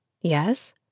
yes